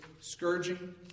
scourging